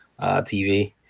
TV